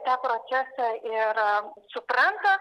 tą procesą ir supranta